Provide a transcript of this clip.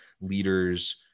leaders